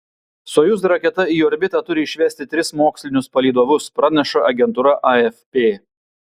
sojuz raketa į orbitą turi išvesti tris mokslinius palydovus praneša agentūra afp